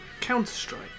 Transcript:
Counter-Strike